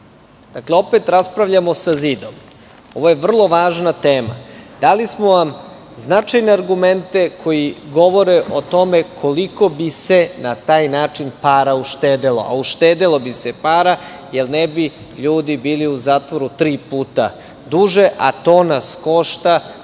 dinara? Opet raspravljamo sa zidom. Ovo je vrlo važna tema. Dali smo vam vrlo značajne argumente koji govore o tome koliko bi se na taj način para uštedelo, a uštedelo bi se para, jer ne bi ljudi bili u zatvoru tri puta duže, a svaki dan